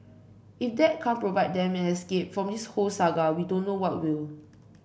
if that can't provide them an escape from this whole saga we don't know what will